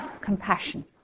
compassion